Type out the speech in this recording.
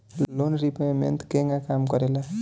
Loan repayment केगा काम करेला?